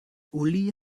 uli